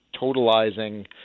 totalizing